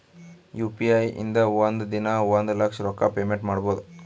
U P I ಇಂದ ಒಂದ್ ದಿನಾ ಒಂದ ಲಕ್ಷ ರೊಕ್ಕಾ ಪೇಮೆಂಟ್ ಮಾಡ್ಬೋದ್